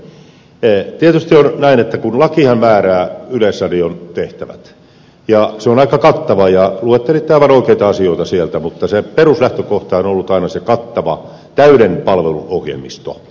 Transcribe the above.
tietysti on nyt näin että lakihan määrää yleisradion tehtävät ja se on aika kattava ja luettelitte aivan oikeita asioita sieltä mutta se peruslähtökohta on ollut aina se kattava täyden palvelun ohjelmisto